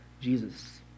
Jesus